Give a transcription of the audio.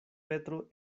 petro